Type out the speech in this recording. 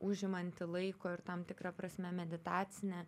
užimanti laiko ir tam tikra prasme meditacinė